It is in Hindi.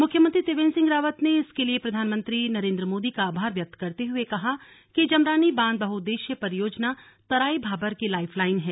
मुख्यमंत्री त्रिवेन्द्र सिंह रावत ने इसके लिए प्रधानमंत्री नरेंद्र मोदी का आभार व्यक्त करते हुए कहा कि जमरानी बांध बहुउद्देश्यीय परियोजना तराई भाबर की लाइफ लाइन है